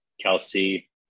Kelsey